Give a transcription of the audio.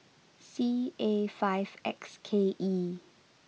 C A five X K E